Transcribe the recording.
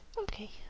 Okay